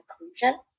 inclusion